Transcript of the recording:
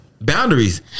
Boundaries